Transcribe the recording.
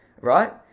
right